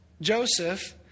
Joseph